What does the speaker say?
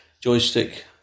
joystick